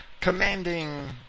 commanding